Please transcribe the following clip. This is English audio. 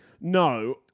No